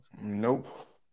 Nope